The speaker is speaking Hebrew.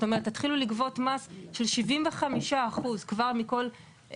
זאת אומרת התחילו לגבות מס של 75% גם מהיזמים